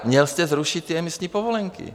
Měl jste zrušit ty emisní povolenky.